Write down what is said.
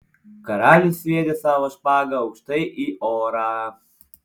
karalius sviedė savo špagą aukštai į orą